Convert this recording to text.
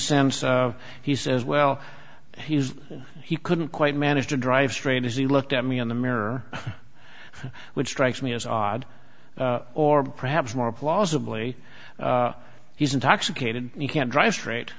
sense that he says well he is he couldn't quite manage to drive straight as he looked at me in the mirror which strikes me as odd or perhaps more plausibly he's intoxicated you can drive straight